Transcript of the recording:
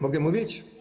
Mogę mówić?